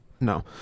No